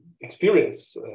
experience